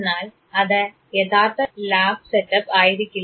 എന്നാൽ അത് യഥാർത്ഥ ലാബ് സെറ്റപ്പ് ആയിരിക്കില്ല